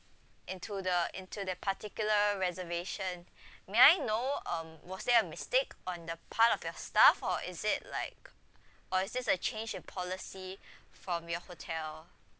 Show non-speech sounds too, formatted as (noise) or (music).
into the into that particular reservation (breath) may I know um was there a mistake on the part of your staff or is it like or is this a change in policy (breath) from your hotel